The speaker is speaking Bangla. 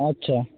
আচ্ছা